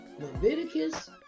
Leviticus